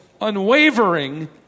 unwavering